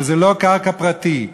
שהן לא קרקעות פרטיות,